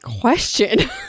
question